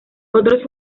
otros